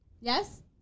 Yes